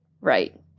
Right